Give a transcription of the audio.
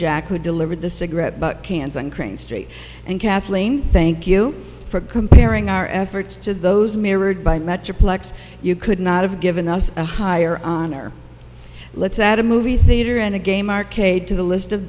who delivered the cigarette butt cans and crane street and kathleen thank you for comparing our efforts to those mirrored by metroplex you could not have given us a higher honor let's add a movie theater and a game arcade to the list of